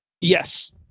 Yes